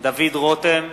דוד רותם,